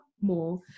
more